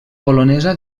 polonesa